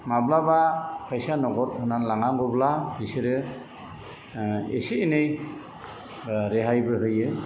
माब्लाबा फैसा नगद होनानै लानांगौब्ला बिसोरो एसे एनै रेहायबो होयो